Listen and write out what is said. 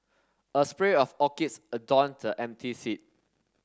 a spray of orchids adorned the empty seat